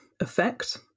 effect